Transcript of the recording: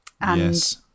Yes